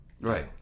Right